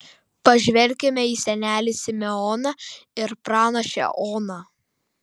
pažvelkime į senelį simeoną ir pranašę oną